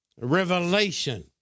Revelation